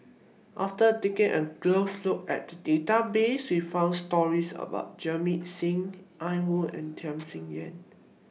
after taking A Look At The databases We found stories about Jamit Singh Ian Woo and Tham Sien Yen